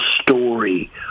story